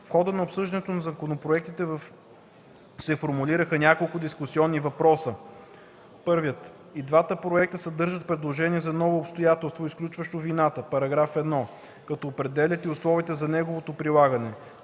В хода на обсъждането на законопроектите се формулираха няколко дискусионни въпроси: - и двата проекта съдържат предложение за ново обстоятелство, изключващо вината (§1), като определят и условията за неговото прилагане.